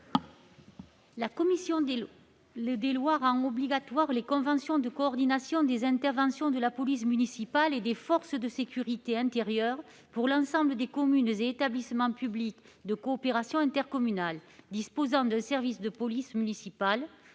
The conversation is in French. La commission des lois rend obligatoires les conventions de coordination des interventions de la police municipale et des forces de sécurité intérieure pour l'ensemble des communes et établissements publics de coopération intercommunale disposant d'un service de police municipale.